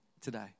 today